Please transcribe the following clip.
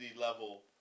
level